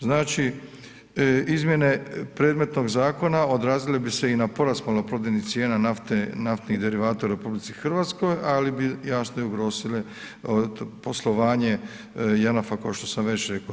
Znači, izmjene predmetnog zakona odrazili bi se i na porast maloprodajnih cijena nafte i naftnih derivata u RH, ali bi jasno i ugrozile poslovanje JANAF-a kao što sam već rekao.